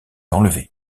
enlevée